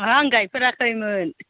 आं गायफेराखैमो॓न